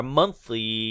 monthly